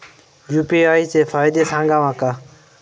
UPI चे फायदे सांगा माका?